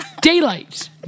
Daylight